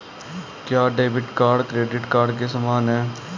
क्या debit card credit card के समान है?